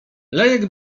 lejek